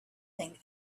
think